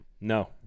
no